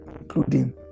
including